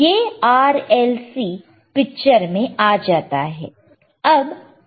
ये RLC picture में आ जाता है